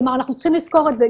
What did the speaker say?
כלומר, אנחנו צריכים לזכור את זה.